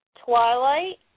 Twilight